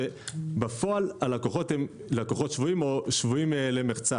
בפועל, הלקוחות שבויים או שבויים למחצה.